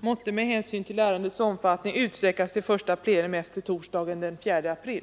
måtte med hänsyn till ärendets omfattning utsträckas till första plenum efter torsdagen den 4 april.